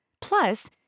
Plus